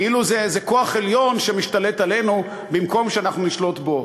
כאילו זה איזה כוח עליון שמשתלט עלינו במקום שאנחנו נשלוט בו.